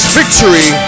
victory